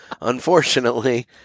unfortunately